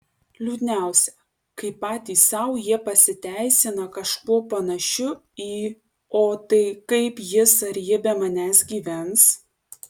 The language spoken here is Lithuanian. liūdniausia kai patys sau jie pasiteisina kažkuo panašiu į o tai kaip ji ar jis be manęs gyvens